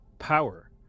Power